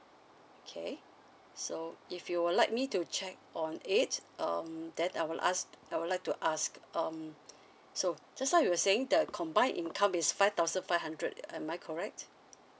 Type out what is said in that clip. okay so if you would like me to check on it um then I will ask I would like to ask um so just now you were saying the combine income is five thousand five hundred am I correct